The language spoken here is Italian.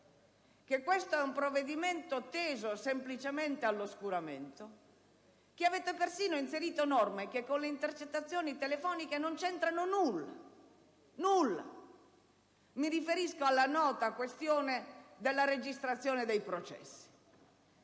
che questo è un provvedimento teso semplicemente all'oscuramento che avete perfino inserito norme che con le intercettazioni telefoniche non c'entrano nulla. Mi riferisco alla nota questione della registrazione dei processi: